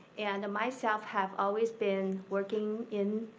and myself have always been working in